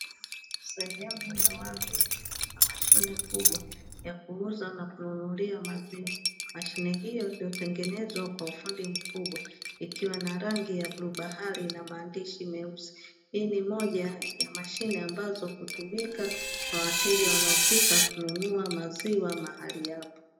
Sehemu ya wazi ya mashine kubwa ya kuuza na kununulia maziwa, mashine hiyo iliyotengenezwa kwa ufundi mkubwa ikiwa na rangi ya bluu bahari na maandishi meusi. Hii ni moja ya mashine ambazo hutumika kwa wateja wanaofika kununua maziwa mahali hapo.